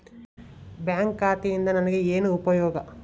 Bank ಖಾತೆಯಿಂದ ನನಗೆ ಏನು ಉಪಯೋಗ?